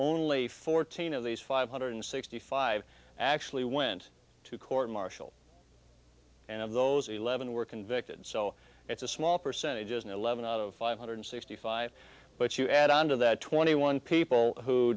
only fourteen of these five hundred sixty five actually went to court martial and of those eleven were convicted so it's a small percentage is an eleven out of five hundred sixty five but you add on to that twenty one people who